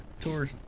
tour